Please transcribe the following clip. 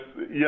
Yes